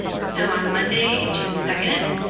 so on monday, june second,